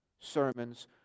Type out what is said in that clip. sermons